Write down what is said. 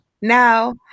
Now